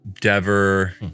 Dever